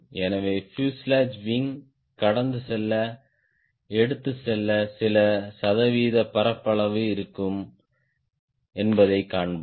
எனவே fuselage wing கடந்து செல்ல எடுத்துச் செல்ல சில சதவீத பரப்பளவு இருக்கும் என்பதைக் காண்போம்